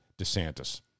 DeSantis